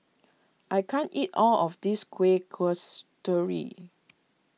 I can't eat all of this Kuih Kasturi